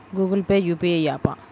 Google Pay UPI య్యాపా?